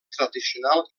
tradicional